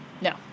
No